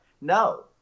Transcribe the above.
no